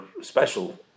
special